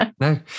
No